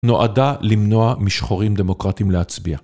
נועדה למנוע משחורים דמוקרטיים להצביע.